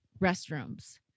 restrooms